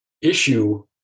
issue